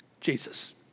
Jesus